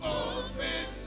open